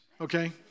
okay